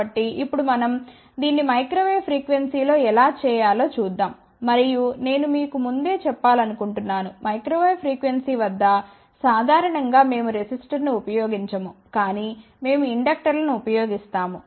కాబట్టి ఇప్పుడు మనం దీన్ని మైక్రో వేవ్ ఫ్రీక్వెన్సీ లో ఎలా చేయాలో చూద్దాం మరియు నేను మీకు ముందే చెప్పాలనుకుంటున్నాను మైక్రో వేవ్ ఫ్రీక్వెన్సీ వద్ద సాధారణం గా మేము రెసిస్టర్ను ఉపయోగించము కాని మేము ఇండక్టర్లను ఉపయోగిస్తాము